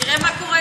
תראה מה קורה.